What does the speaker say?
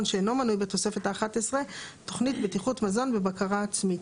שאינו מנוי בתוספת האחת עשרה תוכנית בטיחות מזון בבקרה עצמי.